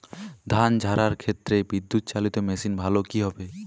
ধান ঝারার ক্ষেত্রে বিদুৎচালীত মেশিন ভালো কি হবে?